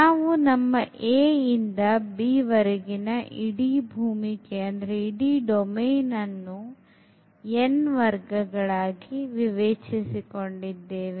ನಾವು ನಮ್ಮa ಇಂದ b ವರೆಗಿನ ಇಡೀ ಭೂಮಿಕೆಯನ್ನು n ವರ್ಗಗಳಾಗಿ ವಿವೇಚಿಸಿಕೊಂಡಿದ್ದೇವೆ